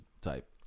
type